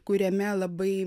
kuriame labai